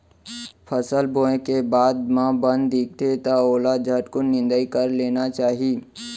फसल बोए के बाद म बन दिखथे त ओला झटकुन निंदाई कर लेना चाही